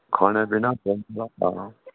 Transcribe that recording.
खाने पीने